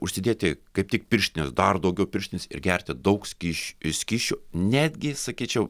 užsidėti kaip tik pirštines dar daugiau pirštines ir gerti daug skysč skysčių netgi sakyčiau